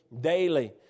daily